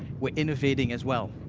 we're innovating as well.